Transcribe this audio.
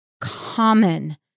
common